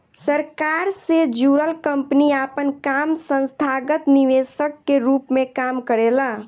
सरकार से जुड़ल कंपनी आपन काम संस्थागत निवेशक के रूप में काम करेला